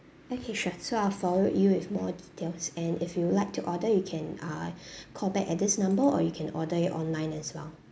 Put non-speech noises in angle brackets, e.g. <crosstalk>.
okay sure so I'll forward you with more details and if you would like to order you can uh <breath> call back at this number or you can order it online as well